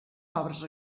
obres